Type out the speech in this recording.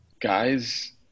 guys